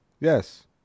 Yes